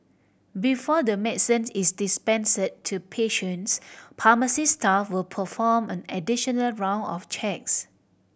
before the medicine is dispensed to patients pharmacy staff will perform an additional round of checks